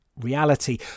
reality